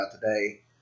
today